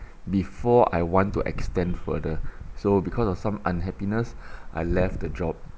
before I want to extend further so because of some unhappiness I left the job